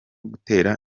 gutera